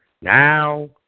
Now